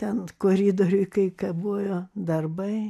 ten koridoriuj kai kabojo darbai